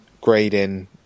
grading